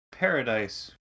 paradise